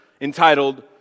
entitled